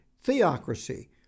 theocracy